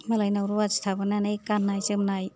मालायनाव रुवाथि थाबोनानै गान्नाय जोमनाय